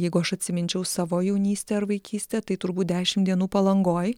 jeigu aš atsiminčiau savo jaunystę ar vaikystę tai turbūt dešim dienų palangoj